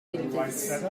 winters